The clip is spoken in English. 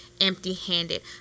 empty-handed